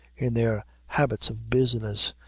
in their habits of business,